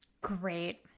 Great